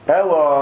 Hello